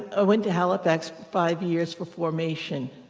ah went to halifax five years for formation.